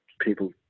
people